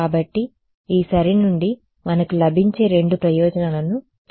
కాబట్టి ఈ దాని నుండి మనకు లభించే రెండు ప్రయోజనాలను జాబితా చేద్దాం